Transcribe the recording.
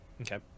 Okay